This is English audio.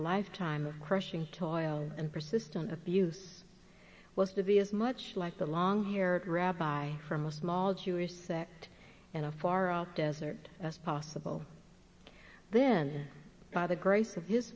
a lifetime of crushing tawil and persistent abuse was to be as much like the long haired rabbi from a small jewish sect in a far off desert as possible then by the grace of his